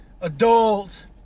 adult